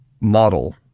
model